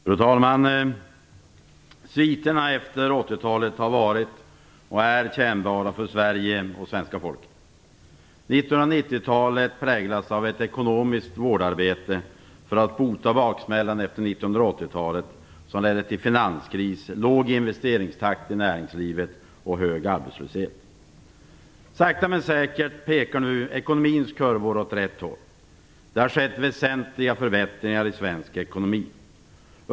Fru talman! Sviterna efter 80-talet har varit och är kännbara för Sverige och svenska folket. 1990-talet präglas av ett ekonomiskt vårdarbete för att bota baksmällan efter 1980-talet, som ledde till finanskris, låg investeringstakt i näringslivet och hög arbetslöshet. Sakta men säkert pekar nu ekonomins kurvor åt rätt håll. Det har skett väsentliga förbättringar i svensk ekonomi.